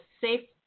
safe